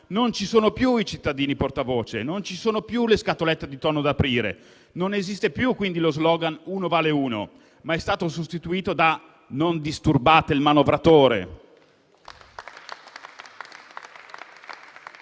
Non ci sono più i cittadini portavoce, non ci sono più le scatolette di tonno da aprire; non esiste più quindi lo *slogan* «uno vale uno», che è stato sostituito da: «non disturbare il manovratore».